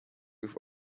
with